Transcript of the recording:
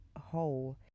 whole